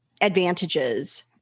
advantages